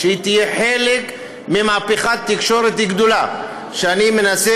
שהיא תהיה חלק ממהפכת תקשורת גדולה שאני מנסה